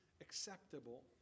acceptable